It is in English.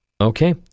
Okay